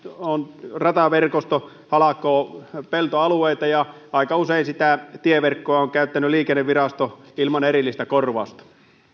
rataverkosto halkoo peltoalueita ja aika usein sitä tieverkkoa on käyttänyt liikennevirasto ilman erillistä korvausta